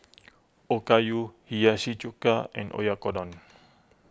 Okayu Hiyashi Chuka and Oyakodon